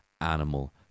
animal